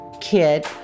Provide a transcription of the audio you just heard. kid